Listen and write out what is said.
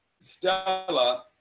Stella